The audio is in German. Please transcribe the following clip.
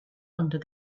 und